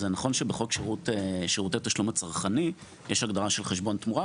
אז נכון שבחוק שירותי תשלום הצרכני יש הגדרה של חשבון תמורה.